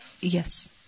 Yes